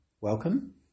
welcome